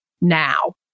now